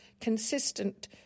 consistent